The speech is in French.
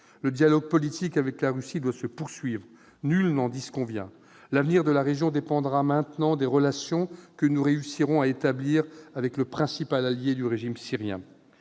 Le dialogue politique avec la Russie doit se poursuivre. Nul n'en disconvient. L'avenir de la région dépendra maintenant des relations que nous réussirons à établir avec le principal allié du régime syrien.